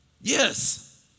Yes